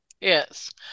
Yes